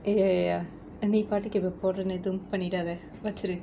eh ya ya ya அந்த:antha party கு அவ போர எதுவும் பண்ணிடாத வச்சிரு:ku ava pora ethuvum pannidaathae vachiru